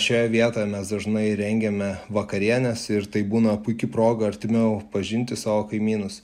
šioje vietoje mes dažnai rengiame vakarienes ir tai būna puiki proga artimiau pažinti savo kaimynus